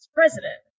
president